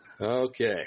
Okay